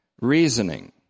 reasoning